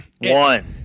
One